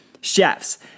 chefs